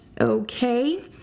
okay